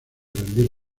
rendir